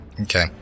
okay